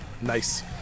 Nice